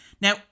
Now